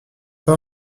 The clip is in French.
pas